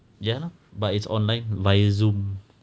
ya lah but it's online via zoom